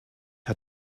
hat